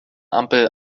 ampel